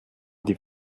die